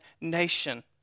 nation